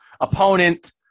opponent